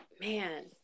Man